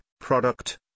product